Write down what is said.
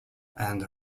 and